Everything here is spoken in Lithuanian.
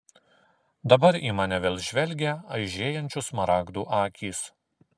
dabar į mane vėl žvelgė aižėjančių smaragdų akys